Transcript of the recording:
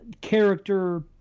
character